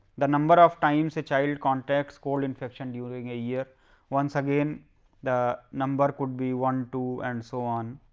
the number of times a child contact cold infection during a year once again the number could be one, two, and so on.